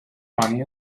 money